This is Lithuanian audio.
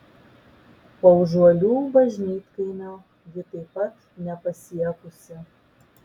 paužuolių bažnytkaimio ji taip pat nepasiekusi